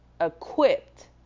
equipped